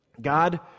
God